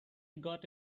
got